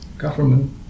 Government